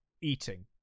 eating